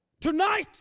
Tonight